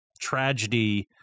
tragedy